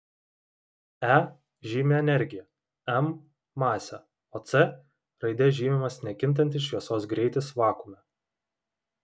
e žymi energiją m masę o c raide žymimas nekintantis šviesos greitis vakuume